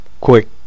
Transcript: quick